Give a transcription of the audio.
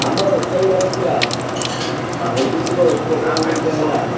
ଆମ ରୋଷେଇ ଘରେ ଥିବା ବୈଦିତ୍ତିକ ଉପକରଣ ଗୁଡ଼ିକ ହେଲା